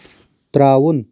ترٛاوُن